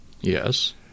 Yes